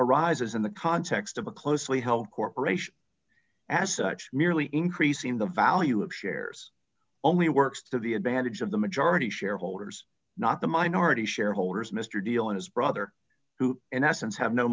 arises in the context of a closely held corporation as such merely increasing the value of shares only works to the advantage of the majority shareholders not the minority shareholders mr deal and his brother who in